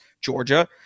Georgia